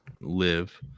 live